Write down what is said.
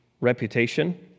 reputation